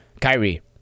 Kyrie